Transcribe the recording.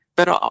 Pero